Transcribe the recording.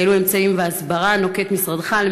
3. אילו אמצעים והסברה נוקט משרדך כדי